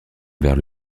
vers